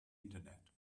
internet